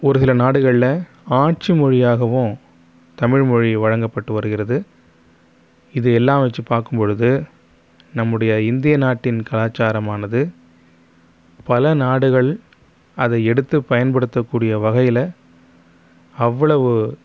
ஒரு சில நாடுகளில் ஆட்சி மொழியாகவும் தமிழ் மொழி வழங்கப்பட்டு வருகிறது இது எல்லாம் வச்சு பார்க்கும் பொழுது நம்முடைய இந்திய நாட்டின் கலாச்சாரமானது பல நாடுகள் அதை எடுத்து பயன்படுத்தக் கூடிய வகையில் அவ்வளவு